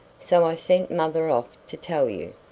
so i sent mother off to tell you.